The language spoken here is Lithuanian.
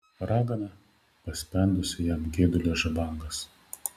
ragana paspendusi jam geidulio žabangas